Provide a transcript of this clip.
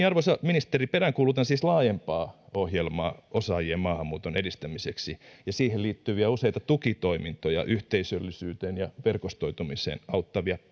arvoisa ministeri peräänkuulutan siis laajempaa ohjelmaa osaajien maahanmuuton edistämiseksi ja siihen liittyviä useita tukitoimintoja yhteisöllisyyteen ja verkostoitumiseen auttavia